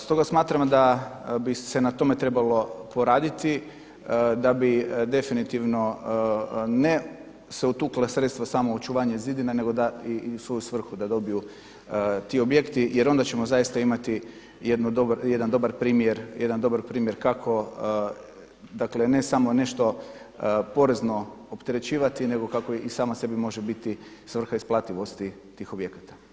Stoga smatramo da bi se na tome trebalo poraditi, da bi definitivno ne se utukla sredstva smo u očuvanje zidina nego i svoju svrhu da dobiju ti objekti jer onda ćemo zaista imati jedan dobar primjer kako, dakle ne samo nešto porezno opterećivati nego kako i sama sebi može biti svrha isplativosti tih objekata.